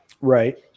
Right